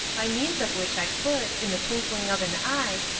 by means of which i could, in the twinkling of an eye,